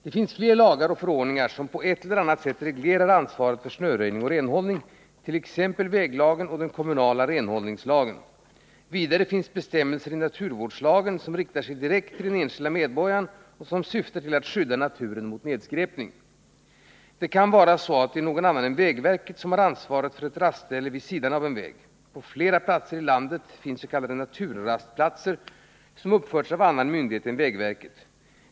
Det finns flera lagar och förordningar som på ett eller annat sätt reglerar ansvaret för snöröjning och renhållning, t.ex. väglagen och den kommunala renhållningslagen. Vidare finns bestämmelser i naturvårdslagen som riktar sig direkt till den enskilde medborgaren och som syftar till att skydda naturen mot nedskräpning. Det kan vara så att det är någon annan än vägverket som har ansvaret för ett rastställe vid sidan av en väg. På flera platser i landet finns s.k. naturrastplatser, som uppförts av annan myndighet än vägverket.